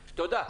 תודה.